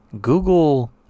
Google